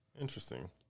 Interesting